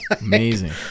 Amazing